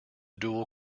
dual